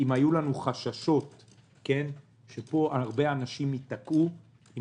אם היו לנו חששות שהרבה אנשים ייתקעו עם